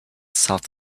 south